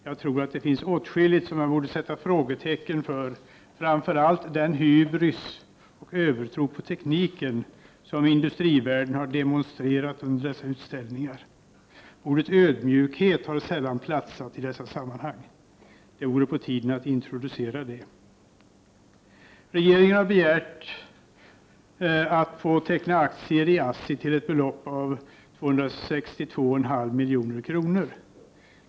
Jag tror att det finns åtskilligt som man borde sätta frågetecken för, men framför allt för den hybris och övertro på tekniken som industrivärlden har demonstrerat under dessa utställningar. Ordet ödmjukhet har sällan platsat i dessa sammanhang. Det vore nog på tiden att introducera det. Regeringen har begärt medel för att teckna aktier i ASSI till ett belopp av 262,5 milj.kr.